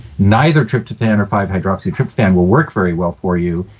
neither tryptophan or five hydroxytryptophan will work very well for you.